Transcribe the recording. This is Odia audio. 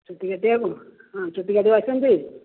ଚୁଟି କାଟିବାକୁ ହଁ ଚୁଟି କାଟି ଆସିଛନ୍ତି